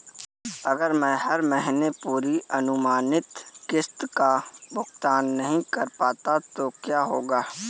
अगर मैं हर महीने पूरी अनुमानित किश्त का भुगतान नहीं कर पाता तो क्या होगा?